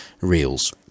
reels